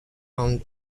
owned